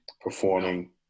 performing